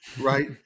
Right